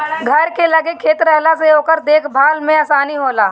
घर के लगे खेत रहला से ओकर देख भाल में आसानी होला